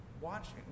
watching